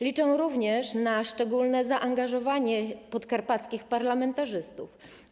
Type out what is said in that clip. Liczę również na szczególne zaangażowanie podkarpackich parlamentarzystów.